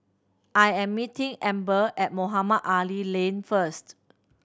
I am meeting Amber at Mohamed Ali Lane first